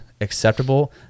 acceptable